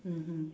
mmhmm